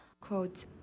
Quote